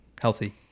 healthy